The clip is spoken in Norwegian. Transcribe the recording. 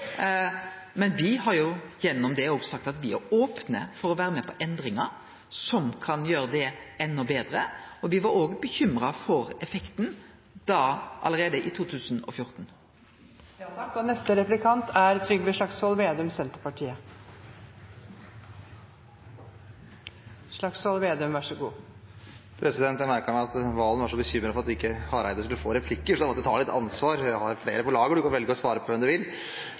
Men me har gjennom det òg sagt at me er opne for å vere med på endringar som kan gjere det enda betre, og me var òg bekymra for effekten allereie da i 2014. Jeg merket meg at Serigstad Valen var så bekymret for at ikke Hareide skulle få replikker, så jeg måtte ta litt ansvar. Jeg har flere på lager, og representanten kan velge å svare på hvilke han vil.